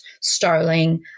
Starling